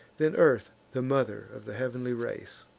then earth, the mother of the heav'nly race,